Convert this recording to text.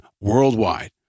worldwide